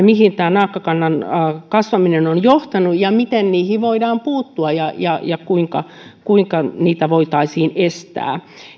mihin tämä naakkakannan kasvaminen on johtanut ja miten niihin voidaan puuttua ja ja miten niitä voitaisiin estää